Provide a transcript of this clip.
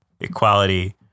equality